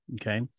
Okay